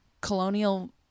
colonial